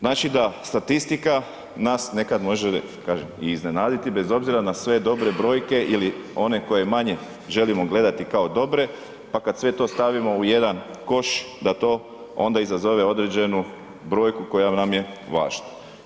Znači da statistika nas nekad može kažem, i iznenaditi bez obzira na sve dobre brojke ili one koje manje želimo gledati kao dobre pa kad sve to stavimo u jedan koš da to onda izazove određenu brojku koja nam je važna.